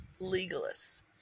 Legalists